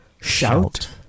shout